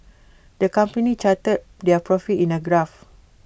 the company charted their profits in A graph